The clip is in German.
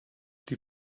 die